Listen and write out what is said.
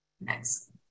Next